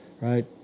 Right